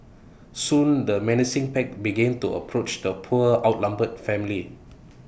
soon the menacing pack began to approach the poor outnumbered family